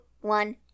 one